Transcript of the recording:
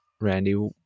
Randy